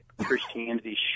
christianity